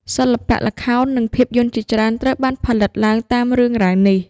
សិល្បៈល្ខោន និងភាពយន្តជាច្រើនត្រូវបានផលិតឡើងតាមរឿងរ៉ាវនេះ។